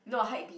no hypebeast